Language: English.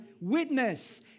witness